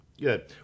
Good